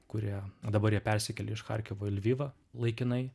kurie o dabar jie persikėlė iš charkivo į lvivą laikinai